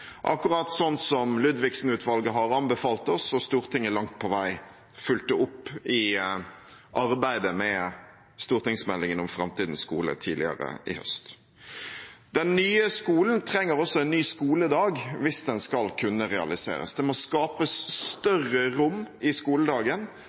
akkurat sånn som Ludvigsen-utvalget har anbefalt oss – og Stortinget langt på vei fulgte opp i arbeidet med stortingsmeldingen om framtidens skole tidligere i høst. Den nye skolen trenger også en ny skoledag, hvis den skal kunne realiseres. Det må skapes